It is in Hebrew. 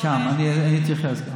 אני אתייחס.